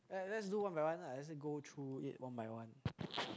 let's let's do one by one ah let's go through it one by one